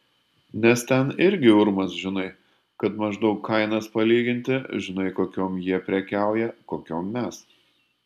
nes ten irgi urmas žinai kad maždaug kainas palyginti žinai kokiom jie prekiauja kokiom mes